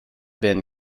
been